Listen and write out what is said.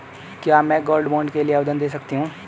क्या मैं gold bond के लिए आवेदन दे सकती हूँ?